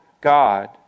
God